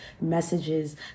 messages